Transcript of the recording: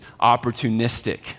opportunistic